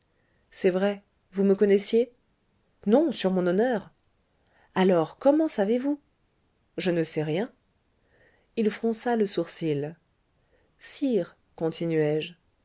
c'est vrai vous me connaissiez non sur mon honneur alors comment savez-vous je ne sais rien il fronça le sourcil